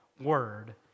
Word